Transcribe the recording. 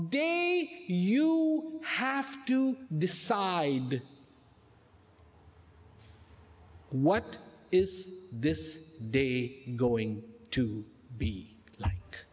day you have to decide what is this day going to be like